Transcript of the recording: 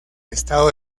estado